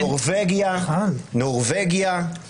נורבגיה, אירלנד,